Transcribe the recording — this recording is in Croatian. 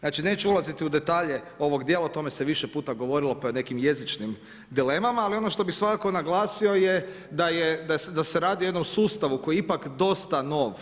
Znači, neću ulaziti u detalje ovog dijela, o tome se više puta govorilo pa o nekim jezičnim dilemama, ali ono što bih svakako naglasio je da se radi o jednom sustavu koji je ipak dosta nov